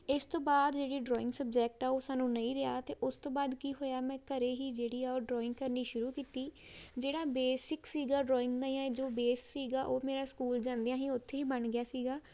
ਇਸ ਤੋਂ ਬਾਅਦ ਜਿਹੜੀ ਡਰੋਇੰਗ ਸਬਜੈਕਟ ਆ ਉਹ ਸਾਨੂੰ ਨਹੀਂ ਰਿਹਾ ਅਤੇ ਉਸ ਤੋਂ ਬਾਅਦ ਕੀ ਹੋਇਆ ਮੈਂ ਘਰੇ ਹੀ ਜਿਹੜੀ ਆ ਉਹ ਡਰੋਇੰਗ ਕਰਨੀ ਸ਼ੁਰੂ ਕੀਤੀ ਜਿਹੜਾ ਬੇਸਿਕ ਸੀਗਾ ਡਰੋਇੰਗ ਦਾ ਜਾਂ ਜੋ ਬੇਸ ਸੀਗਾ ਉਹ ਮੇਰਾ ਸਕੂਲ ਜਾਂਦਿਆਂ ਹੀ ਉੱਥੇ ਹੀ ਬਣ ਗਿਆ ਸੀਗਾ